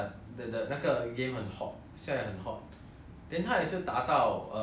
then 他也是达到 uh 那些比赛 ah everything